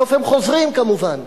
בסוף הם חוזרים, כמובן,